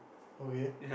okay